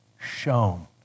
shown